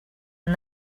and